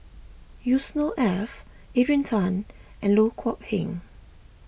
Yusnor Ef Adrian Tan and Loh Kok Heng